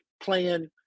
playing